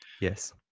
yes